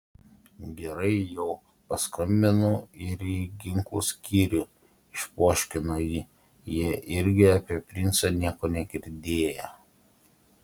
gerai jau paskambinau ir į ginklų skyrių išpoškino ji jie irgi apie princą nieko negirdėję